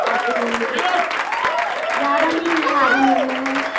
आजमगढ़ में ही ज़्यादा नहीं है आजमगढ़ में है